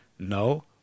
No